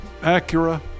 Acura